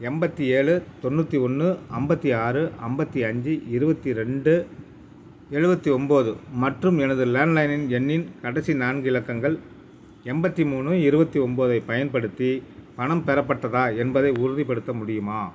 எண்பத்தி ஏழு தொண்ணூற்றி ஒன்று ஐம்பத்தி ஆறு ஐம்பத்தி அஞ்சு இருபத்தி ரெண்டு எழுபத்தி ஒன்போது மற்றும் எனது லேண்ட்லைனின் எண்ணின் கடைசி நான்கு இலக்கங்கள் எண்பத்தி மூணு இருபத்தி ஒன்போதைப் பயன்படுத்தி பணம் பெறப்பட்டதா என்பதை உறுதிப்படுத்த முடியுமா